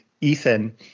ethan